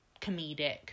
comedic